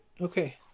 okay